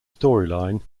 storyline